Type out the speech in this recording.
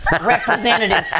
representative